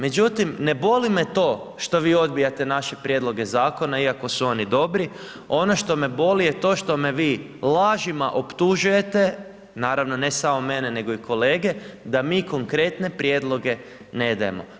Međutim, ne boli me to što vi odbijate naše prijedloge zakona, iako su oni dobri, ono što me boli, je to što me vi lažima optužujete, naravno ne samo mene, nego i kolege, da mi konkretne prijedloge ne dajemo.